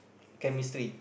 chemistry